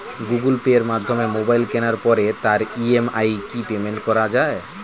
Google পের মাধ্যমে mobile কেনার পরে তার ই.এম.আই কি পেমেন্ট করা যায়?